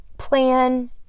plan